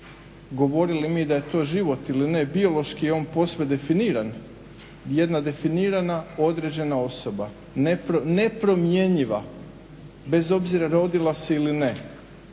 govorili mi da je to život ili ne biološki je on posve definiran, jedna definirana određena osoba, nepromjenjiva bez obzira rodila se ili ne